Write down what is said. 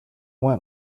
went